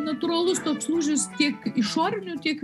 natūralus toks lūžis tiek išorinių tiek